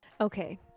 Okay